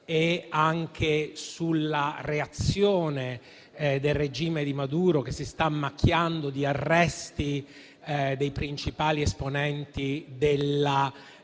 e anche sulla reazione del regime di Maduro, che si sta macchiando di arresti dei principali esponenti della